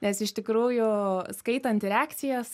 nes iš tikrųjų skaitant reakcijas